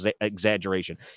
exaggeration